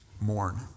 Mourn